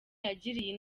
yagiriye